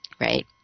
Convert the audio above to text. right